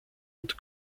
und